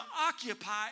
occupy